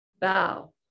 Bow